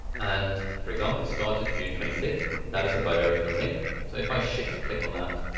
and for example started at june twenty sixth, that is a bi-directional link. so if i shift, click on that,